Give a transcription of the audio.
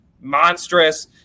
monstrous